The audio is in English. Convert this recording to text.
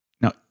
Now